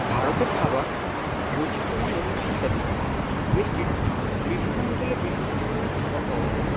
ভারতের খাবার বৈচিত্র্যময় এবং সুস্বাদু দেশটির বিভিন্ন অঞ্চলে বিভিন্ন ধরনের খাবার পাওয়া যায়